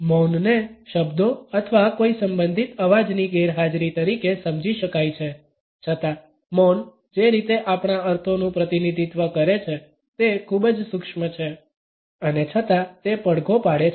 મૌનને શબ્દો અથવા કોઈ સંબંધિત અવાજની ગેરહાજરી તરીકે સમજી શકાય છે છતાં મૌન જે રીતે આપણા અર્થોનું પ્રતિનિધિત્વ કરે છે તે ખૂબ જ સૂક્ષ્મ છે અને છતાં તે પડઘો પાડે છે